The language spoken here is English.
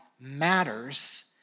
matters